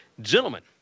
Gentlemen